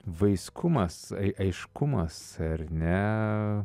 vaiskumas aiškumas ar ne